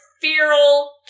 feral